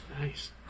Nice